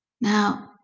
Now